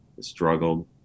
struggled